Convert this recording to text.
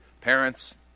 parents